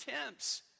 attempts